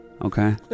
Okay